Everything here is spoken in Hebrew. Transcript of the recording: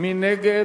מי נגד?